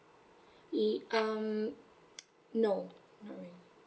y~ um no no